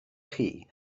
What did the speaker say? chi